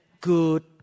Good